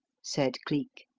said cleek.